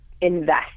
invest